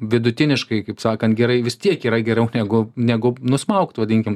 vidutiniškai kaip sakan gerai vis tiek yra geriau negu negu nusmaugt vadinkim